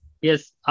Yes